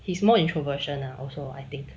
he's more introversion ah also I think